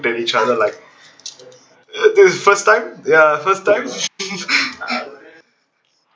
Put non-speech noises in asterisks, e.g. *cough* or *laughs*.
at each other like this is the first time ya first time *laughs*